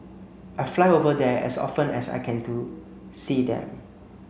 I fly over there as often as I can to see them